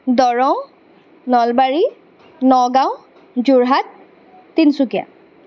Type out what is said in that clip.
Darrang Nalbari Nagaon Jorhat Tinsukia